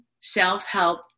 self-help